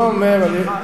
על הצרכן.